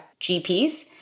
GPs